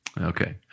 Okay